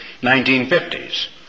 1950s